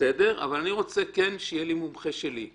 אני רוצה שיהיה לי מומחה שלי.